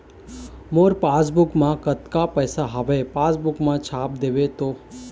मोर passbook मा कतका पैसा हवे पासबुक मा छाप देव तो?